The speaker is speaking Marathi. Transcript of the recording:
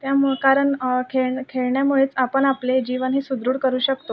त्यामुळं कारण खेळण्या खेळण्यामुळेच आपण आपले जीवन हे सुदृढ करू शकतो